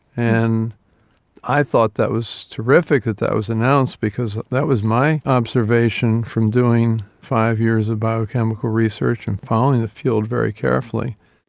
and i thought that was terrific that that was announced because that was my observation from doing five years of biochemical research and following the field very carefully.